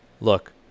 look